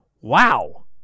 Wow